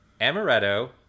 Amaretto